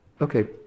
Okay